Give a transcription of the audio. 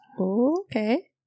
okay